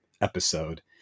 episode